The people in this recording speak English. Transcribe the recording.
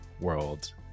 world